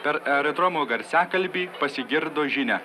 per aerodromo garsiakalbį pasigirdo žinia